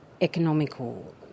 economical